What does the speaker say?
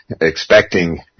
expecting